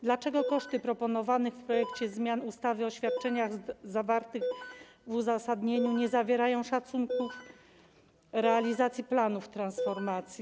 Dlaczego koszty proponowanych w projekcie zmian ustawy o świadczeniach zawarte w uzasadnieniu nie zawierają szacunków realizacji planów transformacji?